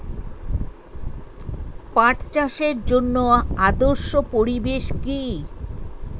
পাট চাষের জন্য আদর্শ পরিবেশ কি?